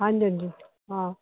ਹਾਂਜੀ ਹਾਂਜੀ ਹਾਂ